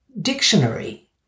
Dictionary